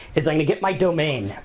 is i'm gonna get my domain,